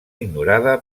ignorada